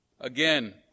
Again